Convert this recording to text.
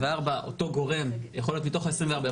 אותו גורם יכול להיות מתוך 24 הרשויות,